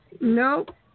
Nope